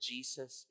Jesus